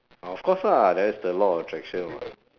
ah of course lah there's the law of attraction [what]